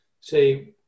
say